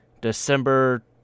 December